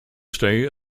stay